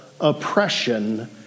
oppression